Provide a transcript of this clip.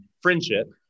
friendship